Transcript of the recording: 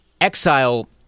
Exile